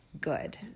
good